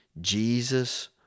Jesus